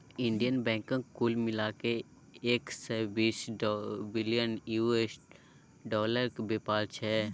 Indian बैंकक कुल मिला कए एक सय बीस बिलियन यु.एस डालरक बेपार छै